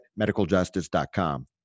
medicaljustice.com